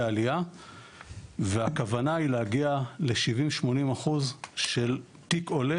העלייה והכוונה היא להגיע ל-70-80 אחוז של תיק עולה